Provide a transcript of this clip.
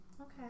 Okay